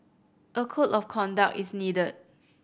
a code of conduct is needed